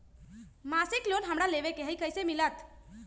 मासिक लोन हमरा लेवे के हई कैसे मिलत?